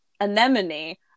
Anemone